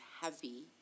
heavy